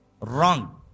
wrong